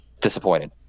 disappointed